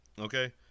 Okay